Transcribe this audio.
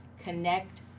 connect